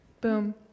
Boom